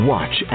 Watch